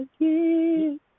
again